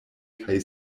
kaj